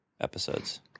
episodes